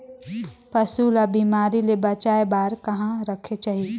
पशु ला बिमारी ले बचाय बार कहा रखे चाही?